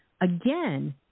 again